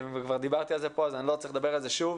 וכבר דיברתי על זה כאן ואני לא צריך לדבר על זה שוב.